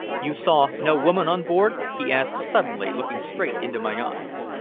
you saw no woman on board? he asked suddenly, looking straight into my eyes.